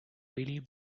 really